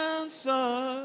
answer